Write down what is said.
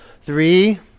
Three